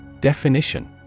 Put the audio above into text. Definition